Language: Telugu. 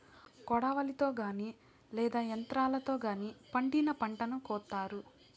కొడవలితో గానీ లేదా యంత్రాలతో గానీ పండిన పంటను కోత్తారు